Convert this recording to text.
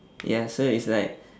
ya so it's like